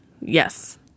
yes